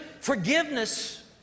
forgiveness